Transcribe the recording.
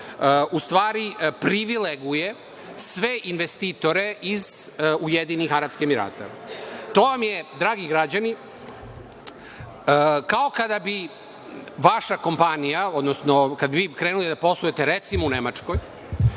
u stvari privileguje sve investitore iz Ujedinjenih Arapskih Emirata. To vam je, dragi građani, kao kada bi vaša kompanije, odnosno kada bi vi krenuli da poslujete recimo u Nemačkoj,